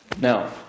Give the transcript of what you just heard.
Now